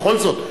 בכל זאת,